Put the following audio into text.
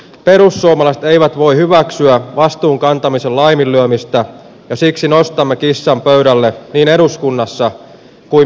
perussuomalaiset eivät voi hyväksyä vastuun kantamisen laiminlyömistä ja siksi nostamme kissan pöydälle viime eduskunnassa kuin